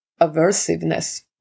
aversiveness